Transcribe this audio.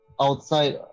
outside